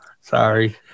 Sorry